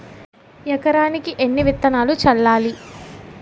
ఎకరానికి ఎన్ని విత్తనాలు చల్లాలి?